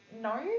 No